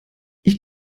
ich